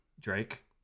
Drake